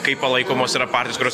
kai palaikomos yra partijos